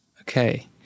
Okay